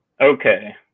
okay